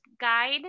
Guide